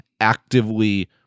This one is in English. actively